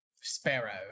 Sparrow